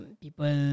people